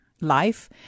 life